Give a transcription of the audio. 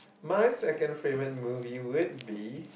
my second favourite movie would be